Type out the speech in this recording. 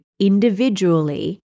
individually